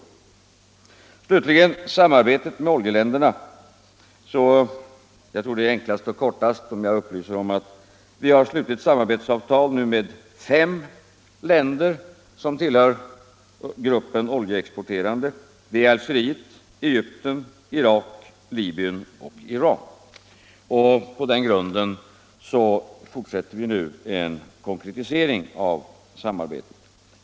Vad slutligen gäller herr Åslings uttalande om samarbetet med oljeländerna tror jag att jag enklast och kortast klargör läget om jag upplyser om att vi har slutit ett samarbetsavtal med fem länder som tillhör gruppen oljeexporterande, nämligen Algeriet, Egypten, Irak, Libyen och Iran. På den grunden fortsätter vi nu en konkretisering av samarbetet.